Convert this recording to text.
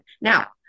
now